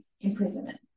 imprisonment